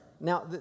Now